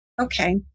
Okay